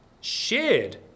shared